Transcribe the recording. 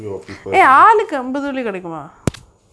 you are people from of ah